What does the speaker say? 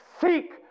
seek